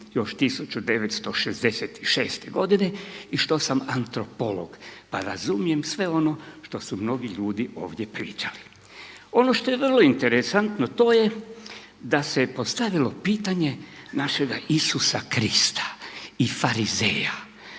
još 1966. godine i što sam antropolog pa razumijem sve ono što su mnogi ljudi ovdje pričali. Ono što je vrlo interesantno to je da se postavilo pitanje našega Isusa Krista i farizeja,